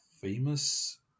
famous